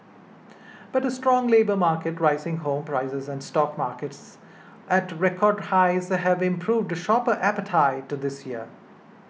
but a strong labour market rising home prices and stock markets at record highs have improved shopper appetite this year